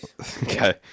Okay